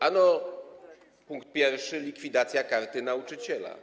Ano punkt pierwszy: likwidacja Karty Nauczyciela.